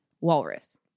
walrus